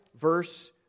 verse